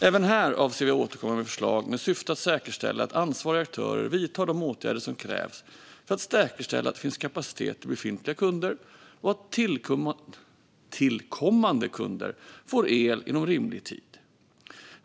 Även här avser vi att återkomma med förslag med syfte att säkerställa att ansvariga aktörer vidtar de åtgärder som krävs för att säkerställa att det finns kapacitet till befintliga kunder och att tillkommande kunder får el inom rimlig tid.